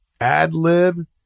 ad-lib